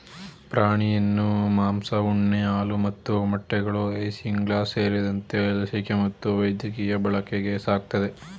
ಪ್ರಾಣಿಯನ್ನು ಮಾಂಸ ಉಣ್ಣೆ ಹಾಲು ಮತ್ತು ಮೊಟ್ಟೆಗಳು ಐಸಿಂಗ್ಲಾಸ್ ಸೇರಿದಂತೆ ಲಸಿಕೆ ಮತ್ತು ವೈದ್ಯಕೀಯ ಬಳಕೆಗೆ ಸಾಕ್ತರೆ